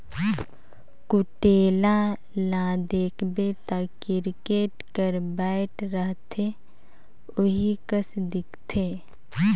कुटेला ल देखबे ता किरकेट कर बैट रहथे ओही कस दिखथे